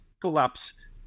collapsed